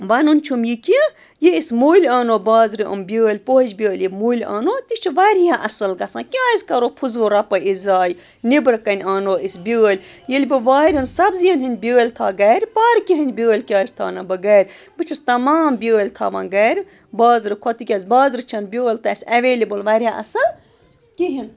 وَنُن چھُم یہِ کہِ یہِ أسۍ مٔلۍ آنو بازرٕ یِم بیٛٲلۍ پوشہِ بیٛٲلۍ یِم مٔلۍ آنو تہِ چھِ واریاہ اَصٕل گژھان کیٛازِ کَرو فٔضوٗل رۄپَے أسۍ ضایع نیٚبرٕ کَنۍ آنو أسۍ بیٛٲلۍ ییٚلہِ بہٕ وارٮ۪ن سبزیَن ہِنٛدۍ بیٛٲلۍ تھاو گَرِ پارکہِ ہِنٛدۍ بیٛٲلۍ کیٛازِ تھاونہٕ بہٕ گَرِ بہٕ چھَس تمام بیٛٲلۍ تھاوان گَرِ بازرٕ کھۄتہٕ تِکیٛازِ بازرٕ چھَنہٕ بیول تہِ اَسہِ اٮ۪وٮ۪لیبٕل واریاہ اَصٕل کِہیٖنۍ